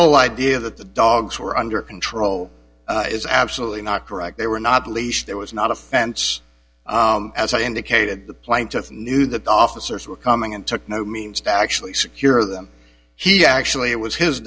whole idea that the dogs were under control is absolutely not correct they were not least there was not a fence as i indicated the plaintiff knew that the officers were coming and took no means to actually secure them he actually it was his